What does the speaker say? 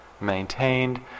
maintained